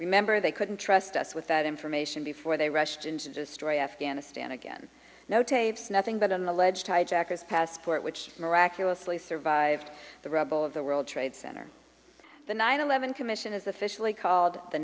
remember they couldn't trust us with that information before they rushed into the story afghanistan again no tapes nothing but an alleged hijackers passport which miraculously survived the rubble of the world trade center the nine eleven commission is officially called the